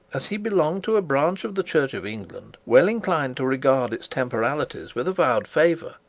as he belonged to a branch of the church of england well inclined to regard its temporalities with avowed favour,